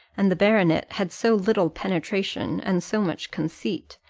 and the baronet had so little penetration and so much conceit,